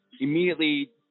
Immediately